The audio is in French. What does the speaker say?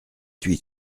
huit